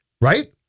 Right